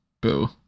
boo